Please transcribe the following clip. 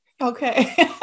Okay